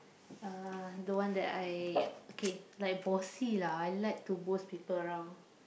uh the one that I okay like bossy lah I like to boss people around